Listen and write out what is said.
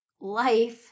life